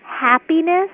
happiness